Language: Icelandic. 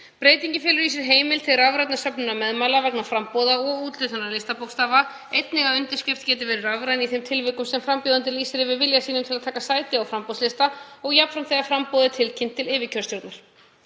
Breytingin felur í sér heimild til rafrænnar söfnunar meðmæla vegna framboða og úthlutunar listabókstafa, einnig að undirskrift geti verið rafræn í þeim tilvikum sem frambjóðandi lýsir yfir vilja sínum til að taka sæti á framboðslista og jafnframt þegar framboð er tilkynnt til yfirkjörstjórnar.